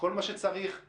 כל מה שצריך זה